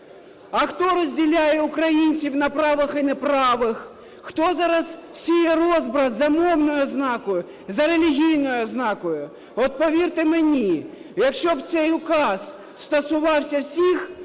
А хто розділяє українців на правих і неправих? Хто зараз сіє розбрат за мовною ознакою, за релігійною ознакою? От повірте мені, якщо б цей указ стосувався всіх